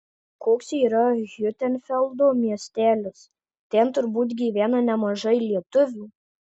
koks yra hiutenfeldo miestelis ten turbūt gyvena nemažai lietuvių